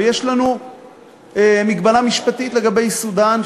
ויש לנו מגבלה משפטית לגבי סודאן,